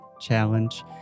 challenge